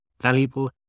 valuable